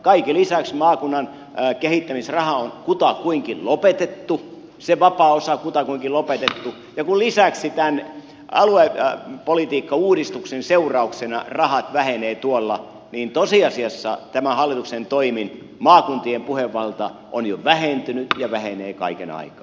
kaiken lisäksi maakunnan kehittämisraha on kutakuinkin lopetettu sen vapaa osa kutakuinkin lopetettu ja kun lisäksi tämän aluepolitiikkauudistuksen seurauksena rahat vähenevät tuolla niin tosiasiassa tämän hallituksen toimin maakuntien puhevalta on jo vähentynyt ja vähenee kaiken aikaa